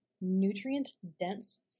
nutrient-dense